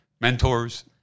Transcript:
Mentors